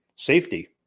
safety